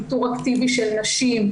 איתור אקטיבי של נשים,